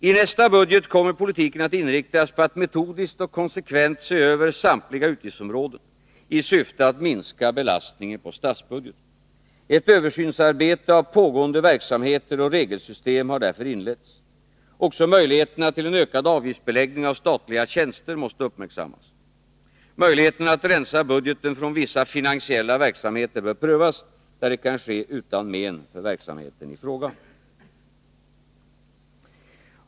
I nästa budget kommer politiken att inriktas på att metodiskt och konsekvent se över samtliga utgiftsområden i syfte att minska belastningen på statsbudgeten. Ett översynsarbete av pågående verksamheter och regelsystem har därför inletts. Också möjligheterna till en ökad avgiftsbeläggning av statliga tjänster måste uppmärksammas. Möjligheten att rensa budgeten från vissa finansiella verksamheter bör prövas, där det kan ske utan men för verksamheten i fråga.